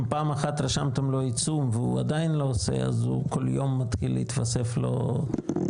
אם פעם אחת רשמתם לו עיצום והוא עדיין לא עושה יתווסף לו עוד